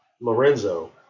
Lorenzo